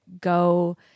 go